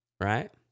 right